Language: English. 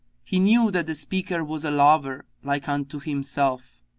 he knew that the speaker was a lover like unto himself,